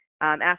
ask